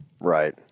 Right